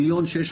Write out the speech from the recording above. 1.65